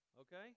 okay